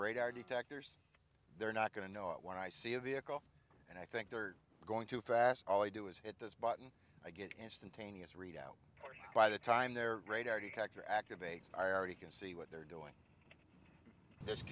radar detectors they're not going to know when i see a vehicle and i think they're going too fast all i do is hit this button i get instantaneous read by the time their radar detector activates i already can see what they're doing this